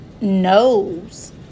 knows